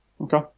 okay